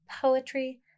poetry